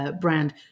brand